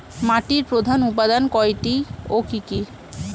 মাটির প্রধান উপাদান কয়টি ও কি কি?